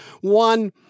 One